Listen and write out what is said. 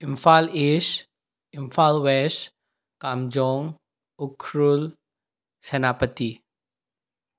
Imphal east Imphal west Kamjong Ukhrul Senapati